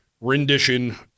rendition